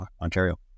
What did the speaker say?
Ontario